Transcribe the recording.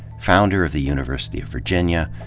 founder of the university of virgin ia.